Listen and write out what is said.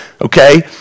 okay